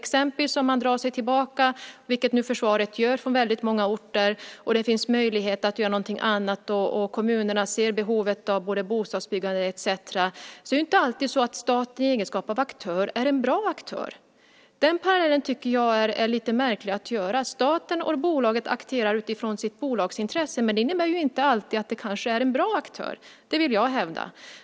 Om man exempelvis drar sig tillbaka, vilket försvaret nu gör från väldigt många orter, och om det finns möjlighet att göra någonting annat och kommunerna ser behovet av bostadsbyggande, är det inte alltid så att staten i egenskap av aktör är en bra aktör. Den parallellen tycker jag är lite märklig att göra. Staten och bolaget agerar utifrån sitt bolagsintresse, men det innebär inte alltid att det är en bra aktör. Det vill jag hävda.